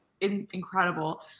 Incredible